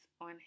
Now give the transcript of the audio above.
on